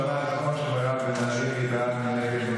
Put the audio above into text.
בואו נעשה הצבעה,